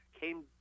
came